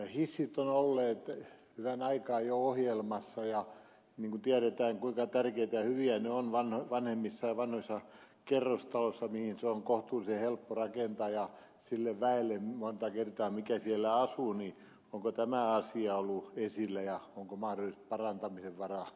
hissit ovat olleet hyvän aikaa jo ohjelmassa ja kun tiedetään kuinka tärkeitä ja hyviä ne ovat vanhoissa kerrostaloissa joihin ne on kohtuullisen helppo rakentaa ja sille väelle monta kertaa joka siellä asuu niin onko tämä asia ollut esillä ja onko mahdollisesti parantamisen varaa